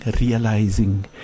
realizing